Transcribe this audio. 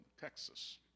Texas